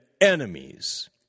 enemies